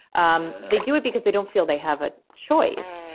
um they do it because they don't feel they have a choice.